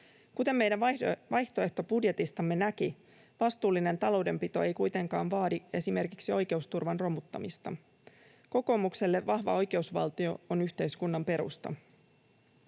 Kuten meidän vaihtoehtobudjetistamme näki, vastuullinen taloudenpito ei kuitenkaan vaadi esimerkiksi oikeusturvan romuttamista. Kokoomukselle vahva oikeusvaltio on yhteiskunnan perusta.